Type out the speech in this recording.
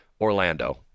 Orlando